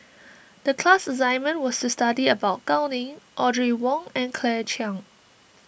the class assignment was to study about Gao Ning Audrey Wong and Claire Chiang